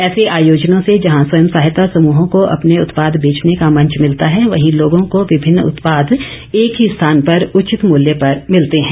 ऐसे आयोजनों से जहां स्वयं सहायता समूहों को अपने उत्पाद बेचने का मंच भिलता है वहीं लोगों को विभिन्न उत्पाद एक ही स्थान पर उचित मूल्य पर मिलते हैं